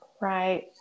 right